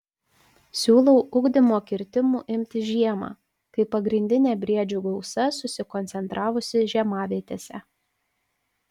siūlau ugdymo kirtimų imtis žiemą kai pagrindinė briedžių gausa susikoncentravusi žiemavietėse